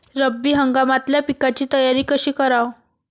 रब्बी हंगामातल्या पिकाइची तयारी कशी कराव?